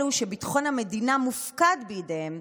אלו שביטחון המדינה מופקד בידיהם,